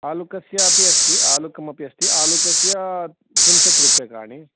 आलूकस्यापि अस्ति आलूकमपि अस्ति आलूकस्य त्रिंशत् रूप्यकाणि